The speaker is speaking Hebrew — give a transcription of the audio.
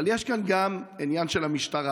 אבל יש כאן גם עניין של המשטרה.